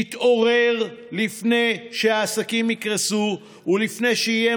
תתעוררו לפני שהעסקים יקרסו ולפני שיהיה